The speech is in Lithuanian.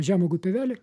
žemuogių pievelė